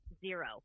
Zero